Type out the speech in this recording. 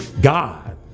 God